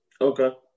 Okay